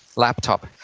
laptop,